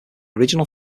original